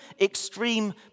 extreme